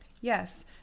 yes